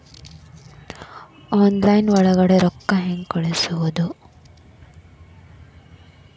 Online ಒಳಗಡೆ ರೊಕ್ಕ ಹೆಂಗ್ ಕಳುಹಿಸುವುದು?